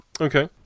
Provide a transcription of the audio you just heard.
Okay